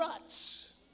ruts